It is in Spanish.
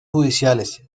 judiciales